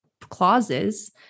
clauses